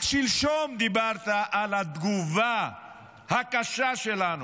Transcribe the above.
רק שלשום דיברת על התגובה הקשה שלנו.